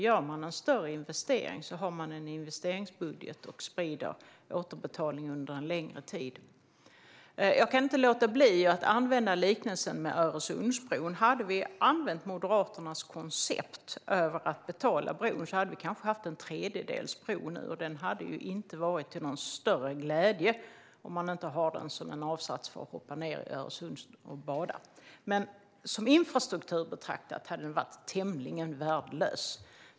Gör man en större investering har man en investeringsbudget och sprider återbetalningen på en längre tid. Jag kan inte låta bli att använda liknelsen med Öresundsbron. Hade vi använt Moderaternas koncept för att betala bron hade vi kanske haft en tredjedels bro nu. Den hade inte varit till någon större glädje, om man inte haft den som en avsats för att hoppa ned i Öresund och bada. Som infrastruktur betraktat hade den varit tämligen värdelös.